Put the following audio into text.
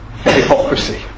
hypocrisy